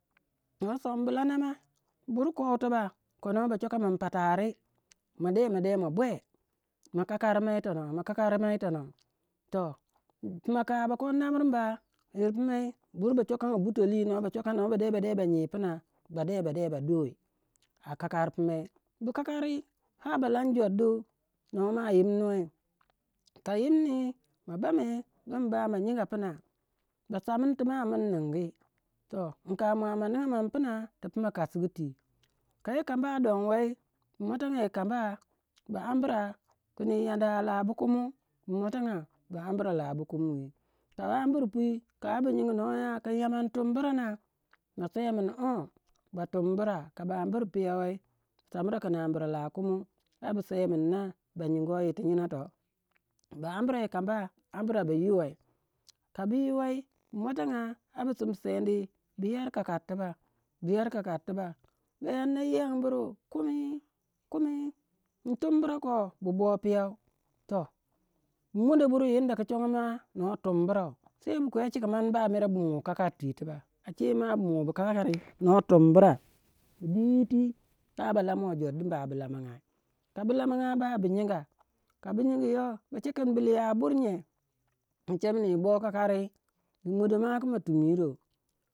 Noh sombu ladau ma bur kowe tubak ko noh ba chwaka min patari ma de ma de ma bwe ma kakari mai yitonah. Toh puna ka bakor namirba yir pumai bur ba chwakanga burtoli noh ba chwaka noh bade ba nyi pina ba de ba duyi a kakari pimai. Bu kakari har ba lan jor du noh ma yimnuwei ka yimni ma bame, bam ba ma nyinga pina ba samin yir tu ma amin ningu toh in kamua ma ningan min puma tu puma kasugu twi. Ka yi kamba don wei bu muatanga yi kamba bu ambra kin yi anda a lah bu kumi bu muatanga bu ambra lah bu kumi wi ka bu ambur pwi ka bu nyingi nuwaya kin yama in tumbura na ma se min or ba tumbura ka bu ambur puyau wei ba sambra kin bu ambra lah kumi ba bu se min na ba yninbo yir tu nyinatoh bu ambra yi kamba ambra bu yiweh, kabu yiwei bu muatanga ambra bu simsedi bu yar kakari tibak ba bu yar kakari tibak ba, yanna yiyangumburu kumi kumi, in tumbura koh bu boh piyou toh bu monodo buri anda ku chongo ma no tumburau, sei bu kwechinka man ba mere bu mu kakari twi tibak ache ma bu mubu kakakri noh tumbura bu dwi yiti ba ba lamuwe jor du bu lamangai. Kabu lamagai ba bu nyinga yoh. ba che kin bu liyangabur nye. Inche min yi boh kakari yi monodo ma kin ma tunyirou.